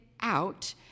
out